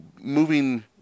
moving